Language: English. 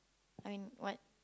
I mean what